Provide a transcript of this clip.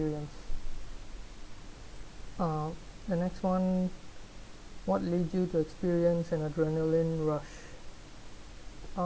um the next one what led you to experience an adrenaline rush